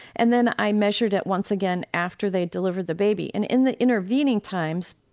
and then i measured it once again after they'd delivered the baby. and in the intervening times,